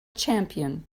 champion